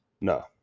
no